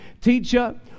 Teacher